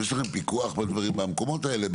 יש לכם פיקוח במקומות האלה,